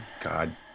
God